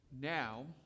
Now